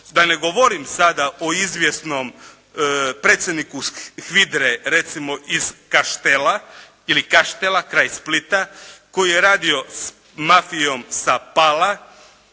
Da ne govorim sada o izvjesnom predsjedniku HVIDRA-e recimo iz Kaštela kraj Splita koji je radio s mafijom sa Pala